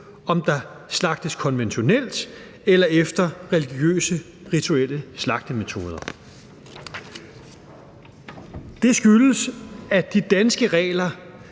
om der slagtes konventionelt eller efter religiøse rituelle slagtemetoder. Det skyldes, at de danske regler,